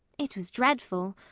it was dreadful.